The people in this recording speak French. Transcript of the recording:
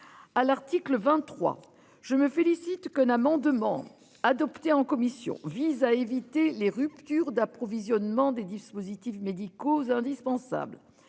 À l'article 23, je me félicite qu'un amendement adopté en commission vise à éviter les ruptures d'approvisionnement des dispositifs médicaux. Indispensable